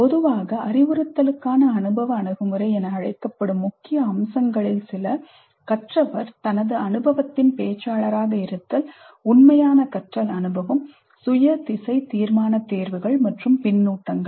பொதுவாக அறிவுறுத்தலுக்கான அனுபவ அணுகுமுறை என அழைக்கப்படும் முக்கிய அம்சங்களில் சில கற்றவர் தனது அனுபவத்தின் பேச்சாளராக இருத்தல் உண்மையான கற்றல் அனுபவம் சுய திசை தீர்மான தேர்வுகள் மற்றும் பின்னூட்டங்கள்